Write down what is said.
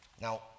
Now